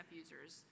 users